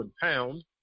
pound